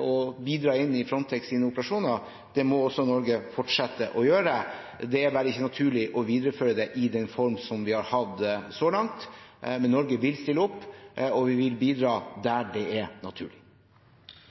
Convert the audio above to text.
og bidra inn i Frontex’ operasjoner. Det må Norge fortsette å gjøre. Det er bare ikke naturlig å videreføre det i den formen som vi har hatt det så langt. Men Norge vil stille opp, og vi vil bidra der det er naturlig.